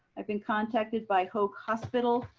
i've been contacted by hoag hospital.